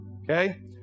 okay